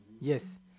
yes